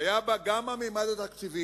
שהיה בה גם הממד התקציבי,